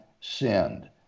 sinned